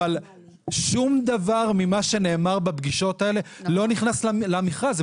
אבל שום דבר ממה שנאמר בפגישות האלה לא נכנס למכרז.